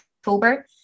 October